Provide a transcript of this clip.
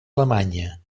alemanya